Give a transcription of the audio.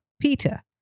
Peter